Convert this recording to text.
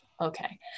Okay